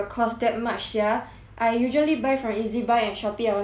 I usually buy from Ezbuy and Shopee I only pay at most ten dollar leh